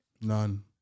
None